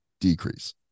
decrease